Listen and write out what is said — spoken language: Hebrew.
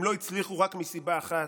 הם לא הצליחו רק מסיבה אחת,